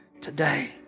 today